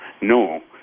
No